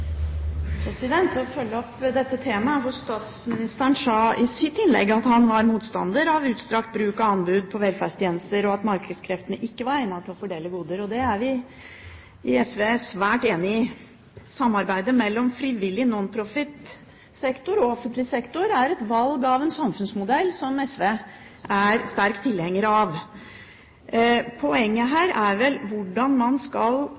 å følge opp dette temaet: Statsministeren sa i sitt innlegg at han var motstander av utstrakt bruk av anbud på velferdstjenester, og at markedskreftene ikke var egnet til å fordele goder. Det er vi i SV svært enig i. Samarbeidet mellom frivillig nonprofitsektor og offentlig sektor er et valg av en samfunnsmodell som SV er sterk tilhenger av. Poenget her er vel hvordan man skal